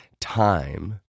time